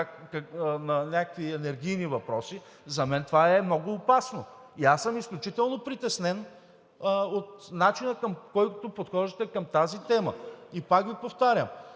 на някакви енергийни въпроси, за мен това е много опасно и аз съм изключително притеснен от начина, по който подхождате към тази тема. И пак Ви повтарям,